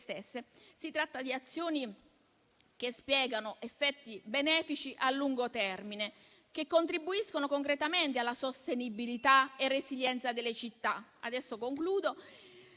Si tratta di azioni che dispiegano effetti benefici a lungo termine e che contribuiscono concretamente alla sostenibilità e alla resilienza delle città. Curare il